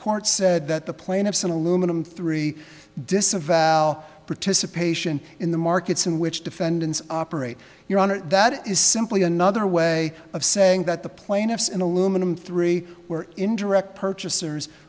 court said that the plaintiffs in aluminum three disavow participation in the markets in which defendants operate your honor that is simply another way of saying that the plaintiffs in aluminum three were indirect purchasers